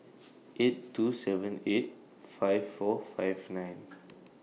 eight two seven eight five four five nine